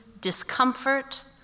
discomfort